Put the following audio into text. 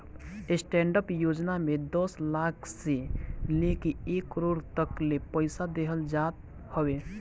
stand up योजना में दस लाख से लेके एक करोड़ तकले पईसा देहल जात हवे